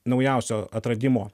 naujausio atradimo